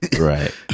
Right